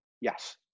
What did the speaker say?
Yes